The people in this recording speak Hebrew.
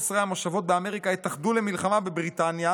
13 המושבות באמריקה התאחדו למלחמה בבריטניה